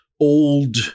old